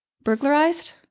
burglarized